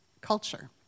culture